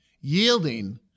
Yielding